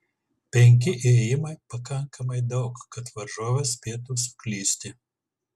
penki ėjimai pakankamai daug kad varžovas spėtų suklysti